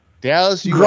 Dallas